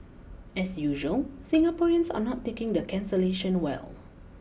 as usual Singaporeans are not taking the cancellation well